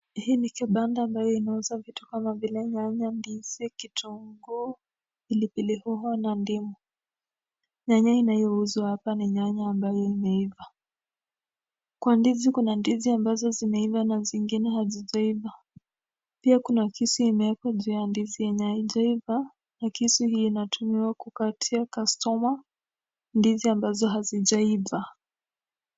Hii ni kibanda ambayo inauza vitu kama vile nyanya, ndizi, kitunguu, pilipili hoho na ndimu. Nyanya inayouzwa hapa ni nyanya ambayo imeiva. Kwa ndizi kuna ndizi ambazo zimeiva na zingine hazijaiva pia kuna kisu imewekwa juu ya ndizi yenye haijaiva na kizu hiyo inatumiwa kukatia customer ndizi ambazo hazijaiva.